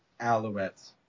Alouettes